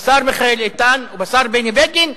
בשר מיכאל איתן ובשר בני בגין,